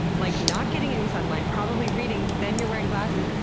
like not getting any sunlight, probably reading. then you're wearing glasses.